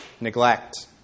neglect